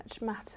matter